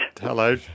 Hello